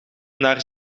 naar